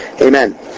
Amen